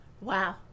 Wow